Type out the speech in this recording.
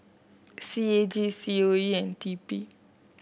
C A G C O E and T P